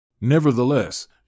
Nevertheless